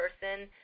person